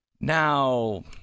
Now